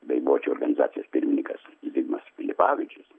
bei bočių organizacijos pirmininkas ignas pilipavičius